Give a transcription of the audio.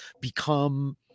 become